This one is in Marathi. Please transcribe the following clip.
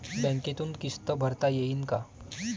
बँकेतून किस्त भरता येईन का?